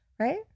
Right